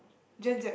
Gen-Z